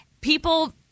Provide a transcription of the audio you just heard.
People